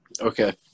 Okay